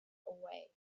away